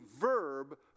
verb